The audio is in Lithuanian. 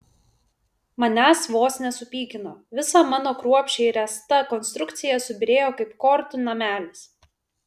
manęs vos nesupykino visa mano kruopščiai ręsta konstrukcija subyrėjo kaip kortų namelis